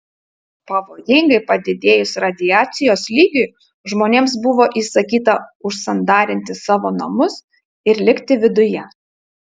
pavojingai padidėjus radiacijos lygiui žmonėms buvo įsakyta užsandarinti savo namus ir likti viduje